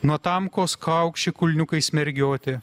nuo tamkos kaukši kulniukais mergiotė